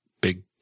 big